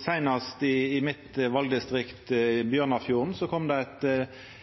Seinast kom det i mitt valdistrikt, Bjørnafjorden,